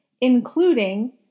including